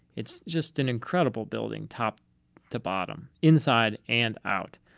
it's just an incredible building top to bottom, inside and out.